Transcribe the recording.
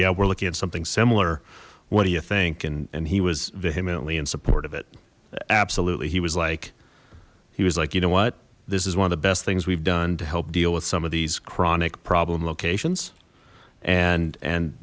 yeah we're looking at something similar what do you think and and he was vehemently in support of it absolutely he was like he was like you know what this is one of the best things we've done to help deal with some of these chronic problem locations and and